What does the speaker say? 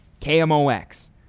KMOX